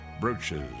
brooches